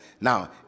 now